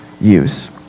use